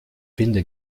finde